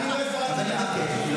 אתה יודע מה, אני דורשת ממך.